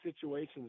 situations